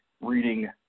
reading